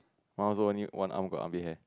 my one also only one arm got armpit hair